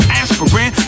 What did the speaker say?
aspirin